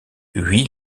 huit